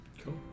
cool